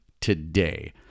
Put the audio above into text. today